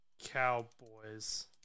Cowboys